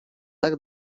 tak